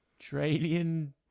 australian